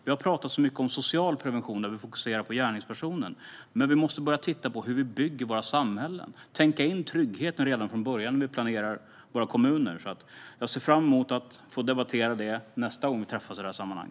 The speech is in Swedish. Vi har pratat mycket om social prevention, där vi fokuserar på gärningspersonen. Men vi måste börja titta på hur vi bygger våra samhällen. Det handlar om att tänka in tryggheten redan från början när vi planerar våra kommuner. Jag ser fram emot att få debattera det nästa gång vi träffas i detta sammanhang.